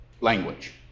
language